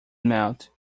melt